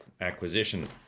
acquisition